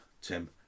Tim